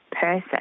person